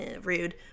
rude